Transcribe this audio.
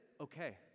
okay